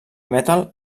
metal